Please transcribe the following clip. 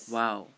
!wow!